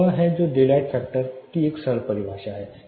यह वह है जो डेलाइट फैक्टर की एक सरल परिभाषा है